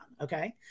okay